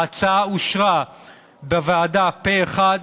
ההצעה אושרה בוועדה פה אחד